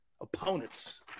opponents